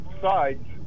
sides